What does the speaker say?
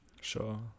Sure